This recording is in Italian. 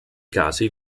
casi